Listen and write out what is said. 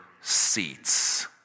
seats